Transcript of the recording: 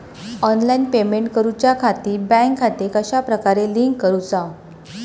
Online payment करुच्याखाती bank खाते कश्या प्रकारे लिंक करुचा?